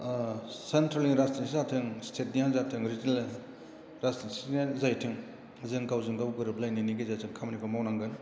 ओह सेन्ट्रेलनि राजनिथि जाथों स्तेटनिआनो जाथों रिजिनेल राजनिथिनियानो जाहैथों जों गावजों गाव गोरोबलायनायनि गेजेरजों खामानिखौ मावनांगोन